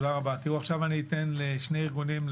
עכשיו אתן לדבר לשני ארגונים.